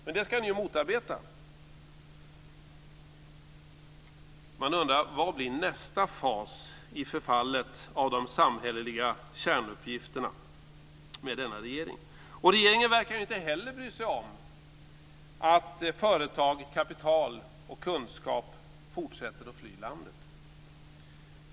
Men det ska ni ju motarbeta. Man undrar vad nästa fas blir i förfallet av de samhälleliga kärnuppgifterna med denna regering. Regeringen verkar inte heller bry sig om att företag, kapital och kunskap fortsätter att fly landet.